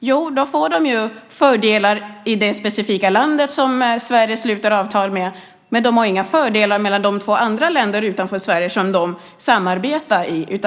Jo, de får fördelar i det specifika land som Sverige sluter avtal med, men de har inga fördelar med de två andra länderna utanför Sverige som de samarbetar med. I